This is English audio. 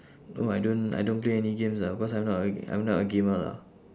no I don't I don't play any games ah because I'm not a I'm not a gamer lah